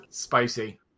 spicy